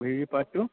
বুজি পাইছোঁ